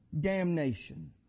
damnation